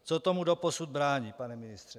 Co tomu doposud brání, pane ministře?